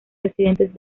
residentes